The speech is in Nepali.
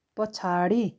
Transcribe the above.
पछाडि